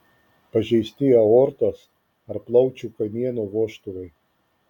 pažeisti aortos ar plaučių kamieno vožtuvai